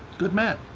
good man.